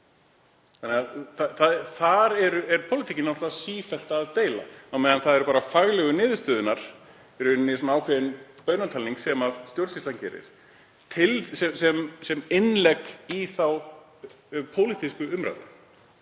Um það er pólitíkin náttúrlega sífellt að deila á meðan það eru bara faglegu niðurstöðurnar í rauninni, ákveðin baunatalning, sem stjórnsýslan gerir sem innlegg í þá pólitísku umræðu